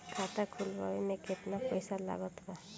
खाता खुलावे म केतना पईसा लागत बा?